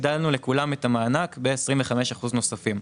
הגדלנו לכולם את המענק ב-25% נוספים.